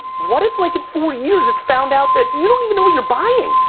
what if like in four years it's found out that you don't even know what you're buying!